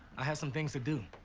i had some things to do.